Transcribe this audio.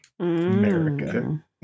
America